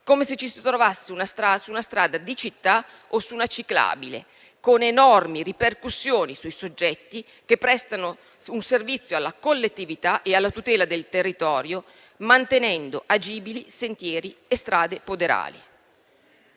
come se ci si trovasse su una strada di città o su una ciclabile, con enormi ripercussioni sui soggetti che prestano un servizio alla collettività e alla tutela del territorio, mantenendo agibili sentieri e strade poderali.